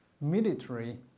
military